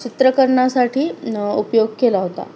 चित्रीकरणासाठी उपयोग केला होता